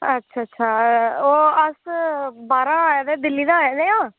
अच्छा अच्छा ओह् अस बाहरां आए दे दिल्ली दा आए दे आं